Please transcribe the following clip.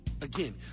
Again